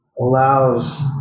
allows